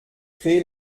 créé